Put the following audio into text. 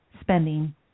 spending